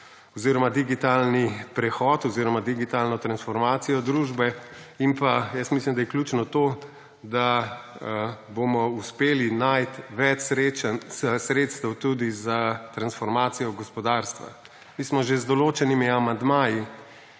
oziroma digitalni prehod oziroma digitalno transformacijo družbe. In mislim, da je ključno to, da bomo uspeli najti več sredstev tudi za transformacijo gospodarstva. Mi smo že z določenimi amandmaji